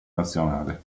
nazionale